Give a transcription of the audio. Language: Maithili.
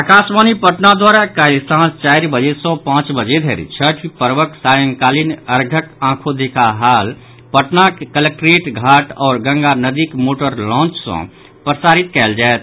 आकाशवाणी पटना द्वारा काल्हि सांझ चारि बजे सॅ पांच बजे धरि छठि पर्वक सांयकालीन अर्घ्यक आँखो देखा हाल पटनाक कलेक्टेरियट घाट आओर गंगा नदीक मोटर लांच सॅ प्रसारित कयल जायत